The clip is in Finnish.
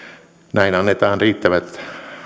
näin annetaan